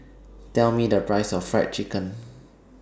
Tell Me The Price of Fried Chicken